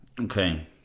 Okay